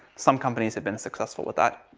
some companies have been successful with that.